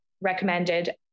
recommended